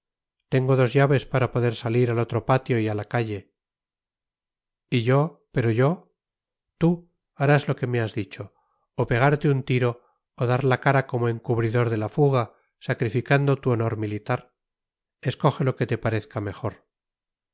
tengo dos llaves para poder salir al otro patio y a la calle y yo pero yo tú harás lo que me has dicho o pegarte un tiro o dar la cara como encubridor de la fuga sacrificando tu honor militar escoge lo que te parezca mejor